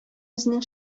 үзенең